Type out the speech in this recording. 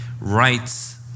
rights